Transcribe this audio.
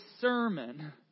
sermon